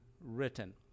written